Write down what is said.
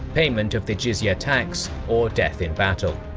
payment of the jizya ah tax, or death in battle.